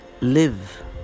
live